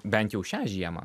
bent jau šią žiemą